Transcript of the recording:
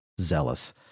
zealous